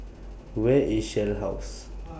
Where IS Shell House